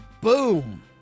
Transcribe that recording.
boom